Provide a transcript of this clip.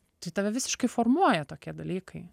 tai tave visiškai formuoja tokie dalykai